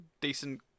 decent